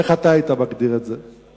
איך אתה היית מגדיר את זה?